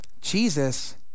Jesus